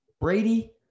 Brady